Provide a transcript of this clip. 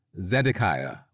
Zedekiah